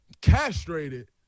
castrated